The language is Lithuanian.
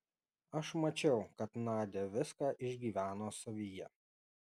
aš mačiau kad nadia viską išgyveno savyje